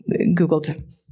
Googled